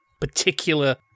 particular